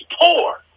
poor